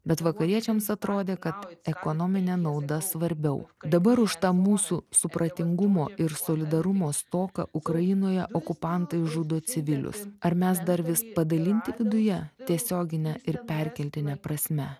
bet vakariečiams atrodė kad ekonominė nauda svarbiau dabar už tą mūsų supratingumo ir solidarumo stoką ukrainoje okupantai žudo civilius ar mes dar vis padalinti viduje tiesiogine ir perkeltine prasme